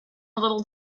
little